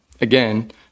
again